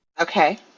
Okay